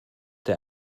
der